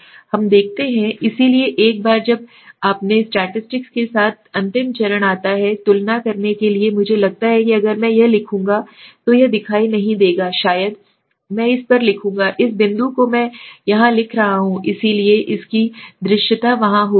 हमें देखते हैं इसलिए एक बार जब आपने स्टैटिस्टिक्स के साथ अंतिम चरण आता है तुलना करने के लिए कि मुझे लगता है कि अगर मैं यहां लिखूंगा तो यह दिखाई नहीं देगा शायद मैं इस पर लिखूंगा इस बिंदु को मैं यहाँ लिख रहा हूँ इसलिए इसकी दृश्यता वहाँ होगी